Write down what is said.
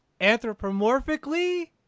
Anthropomorphically